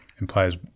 implies